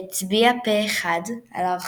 השתיים הטובות ביותר